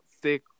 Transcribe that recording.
thick